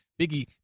Biggie